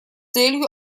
целью